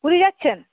পুরী যাচ্ছেন